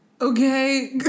Okay